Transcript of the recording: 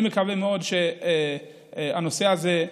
אני מקווה מאוד שבנושא הזה,